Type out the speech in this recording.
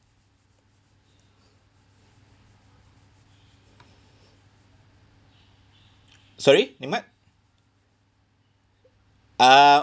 sorry nimad uh